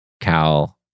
Cal